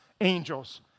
angels